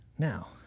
now